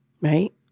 right